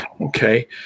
Okay